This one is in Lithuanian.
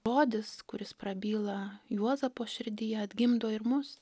žodis kuris prabyla juozapo širdyje atgimdo ir mus